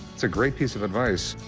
it's a great piece of advice.